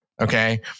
okay